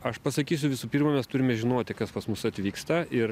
aš pasakysiu visų pirma mes turime žinoti kas pas mus atvyksta ir